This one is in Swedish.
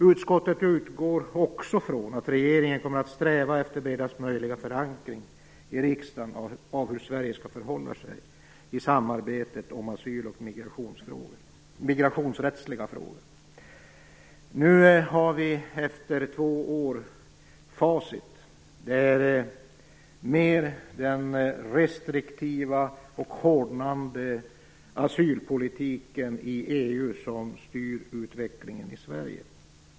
Utskottet sade också att man utgick från att regeringen skulle sträva efter bredast möjliga förankring i riksdagen när det gäller hur Sverige skall förhålla sig i samarbetet om asylfrågor och migrationsrättsliga frågor. Nu har vi efter två år facit. Det är den restriktiva och hårdnande asylpolitiken i EU som styr utvecklingen i Sverige.